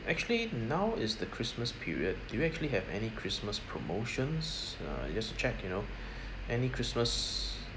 actually now is the christmas period do you actually have any christmas promotions uh just to check you know any christmas